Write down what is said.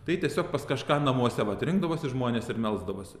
tai tiesiog pas kažką namuose vat rinkdavosi žmonės ir melsdavosi